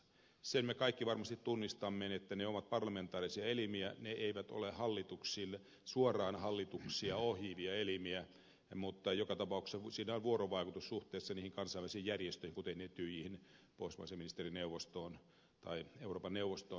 sen me kaikki varmasti tunnistamme että ne ovat parlamentaarisia elimiä ne eivät ole suoraan hallituksia ohjaavia elimiä mutta joka tapauksessa siinä on vuorovaikutussuhteessa niihin kansainvälisiin järjestöihin kuten etyjiin pohjoismaiseen ministerineuvostoon tai euroopan neuvostoon